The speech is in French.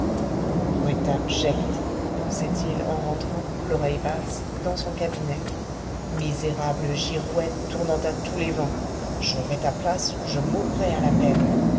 brute abjecte pensait-il en rentrant l'oreille basse dans son cabinet misérable girouette tournant à tous les vents j'aurai ta place ou je mourrai à la peine